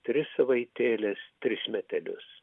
trys savaitėles tris metelius